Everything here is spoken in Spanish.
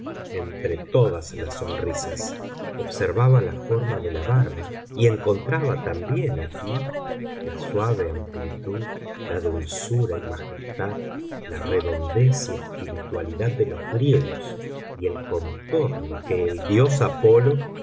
entre todas las sonrisas observaba la forma de la barba y encontraba también aquí la suave amplitud la dulzura y majestad la redondez y espiritualidad de los griegos y el contorno que el dios apolo